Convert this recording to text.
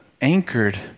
anchored